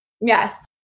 Yes